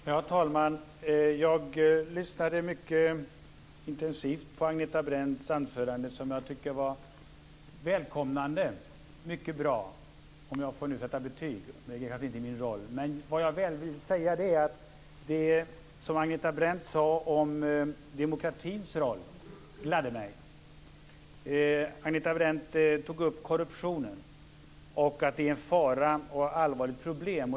Herr talman! Jag lyssnade mycket intensivt på Agneta Brendts anförande, som var välkomnande och mycket bra - om jag nu får sätta betyg, men det kanske inte är min roll. Det Agneta Brendt sade om demokratins roll gladde mig. Agneta Brendt tog upp korruptionen och att det är en fara och ett allvarligt problem.